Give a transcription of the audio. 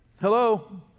Hello